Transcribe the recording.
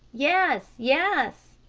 yes, yes!